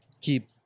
keep